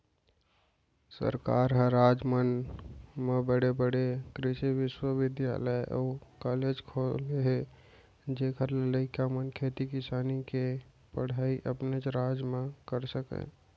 सरकार ह राज मन म बड़े बड़े कृसि बिस्वबिद्यालय अउ कॉलेज खोले हे जेखर ले लइका मन खेती किसानी के पड़हई अपनेच राज म कर सकय